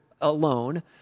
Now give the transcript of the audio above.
alone